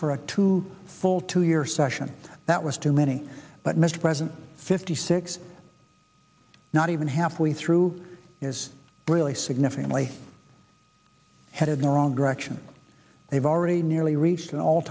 for a two full two year session that was too many but most present fifty six not even halfway threw is really significantly headed neuron direction they've already nearly reached an all